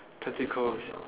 tacticals